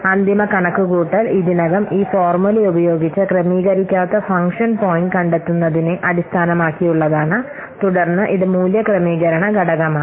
അന്തിമ കണക്കുകൂട്ടൽ ഇതിനകം ഈ ഫോർമുല ഉപയോഗിച്ച ക്രമീകരിക്കാത്ത ഫംഗ്ഷൻ പോയിന്റ് കണ്ടെത്തുന്നതിനെ അടിസ്ഥാനമാക്കിയുള്ളതാണ് തുടർന്ന് ഇത് മൂല്യ ക്രമീകരണ ഘടകമാണ്